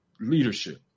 leadership